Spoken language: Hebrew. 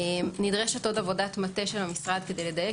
נדרשת עבודת מטה נוספת של המשרד כדי לדייק